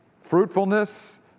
fruitfulness